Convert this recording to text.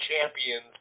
champions